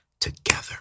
together